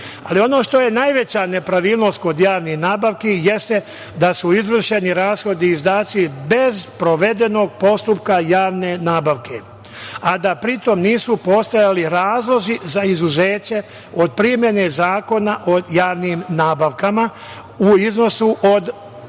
ono što je najveća nepravilnost kod javnih nabavki jeste da su izvršeni rashodi i izdaci bez provedenog postupka javne nabavke, a da pri tom nisu postojali razlozi za izuzeće od primene Zakona o javnim nabavkama u iznosu od ukupno